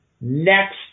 next